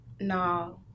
No